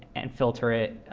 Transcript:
and filter it,